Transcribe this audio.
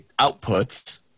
outputs